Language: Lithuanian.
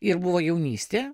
ir buvo jaunystė